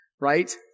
right